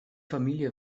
familie